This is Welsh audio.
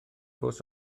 bws